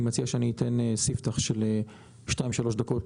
אני מציע שאתן סיפתח של שתיים שלוש דקות,